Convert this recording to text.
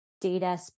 Data